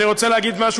אני רוצה להגיד משהו,